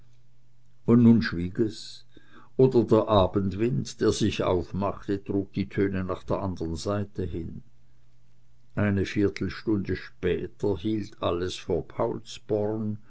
und nun schwieg es oder der abendwind der sich aufmachte trug die töne nach der anderen seite hin eine viertelstunde später hielt alles vor